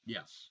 Yes